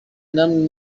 namwe